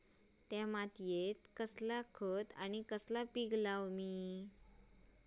त्या मात्येत कसला खत आणि कसला पीक लाव?